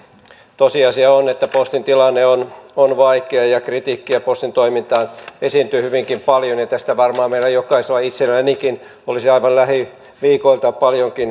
tosiasia on että postin tilanne on vaikea ja kritiikkiä postin toimintaa kohtaan esiintyy hyvinkin paljon ja tästä varmaan meillä jokaisella itsellänikin olisi aivan lähiviikoilta paljonkin kritisoitavaa